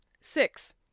six